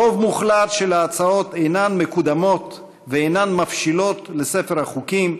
רוב מוחלט של ההצעות אינן מקודמות ואינן מבשילות לספר החוקים,